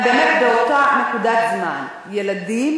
אבל באמת, באותה נקודת זמן ילדים